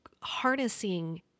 harnessing